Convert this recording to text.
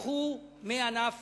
לקחו מענף